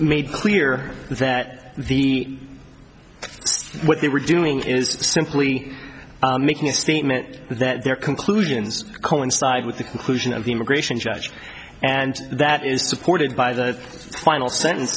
made clear that the what they were doing is simply making a statement that their conclusions coincide with the conclusion of the immigration judge and that is supported by the final sentence